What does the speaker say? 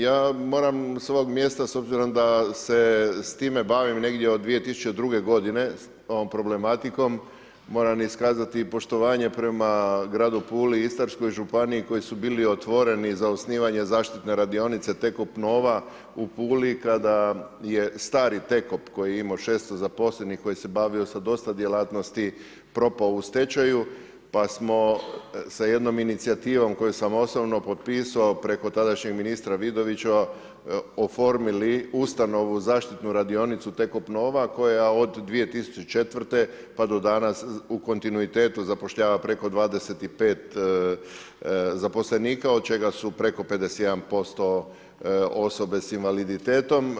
Ja moram s ovog mjesta, s obzirom da se s time bavim negdje od 2002. g. s ovom problematikom, moram iskazati i poštovanje i prema gradu Puli i Istarskoj županiji koji su bili otvoreni za osnivanje zaštitne radionice Tekop Nova u Puli, kada je stari Tekop koji je imao 600 zaposlenih, koji se bavio s dosta djelatnosti propao u stečaju, pa smo s jednom inicijativom koju sam osobno potpisao preko tadašnjeg ministra Vidovića, oformili ustanovu zaštitnu radionicu Tekop Nova, koja od 2004. pa do danas u kontinuitetu zapošljava preko 25 zaposlenika, od čega su preko 51% osobe s invaliditetom.